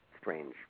strange